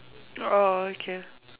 orh okay